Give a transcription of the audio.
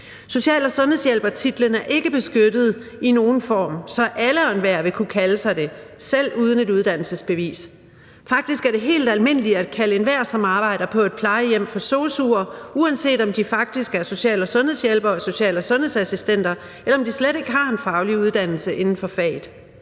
Social- og sundhedshjælpertitlen er ikke beskyttet i nogen form, så alle og enhver vil kunne kalde sig det – selv uden et uddannelsesbevis. Faktisk er det helt almindeligt at kalde enhver, som arbejder på et plejehjem, for sosu, uanset om de faktisk er social- og sundhedshjælpere eller social- og sundhedsassistenter eller slet ikke har en faglig uddannelse inden for faget.